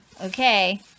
Okay